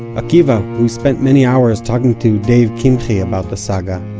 akiva, who spent many hours talking to dave kimche about the saga,